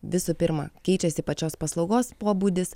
visų pirma keičiasi pačios paslaugos pobūdis